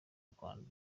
rwanda